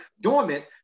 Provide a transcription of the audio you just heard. dormant